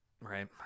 right